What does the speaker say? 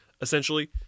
essentially